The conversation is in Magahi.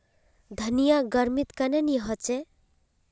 धनिया गर्मित कन्हे ने होचे?